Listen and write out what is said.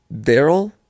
Daryl